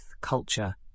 culture